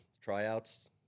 tryouts